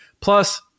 Plus